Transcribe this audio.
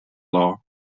law